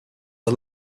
are